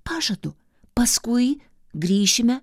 pažadu paskui grįšime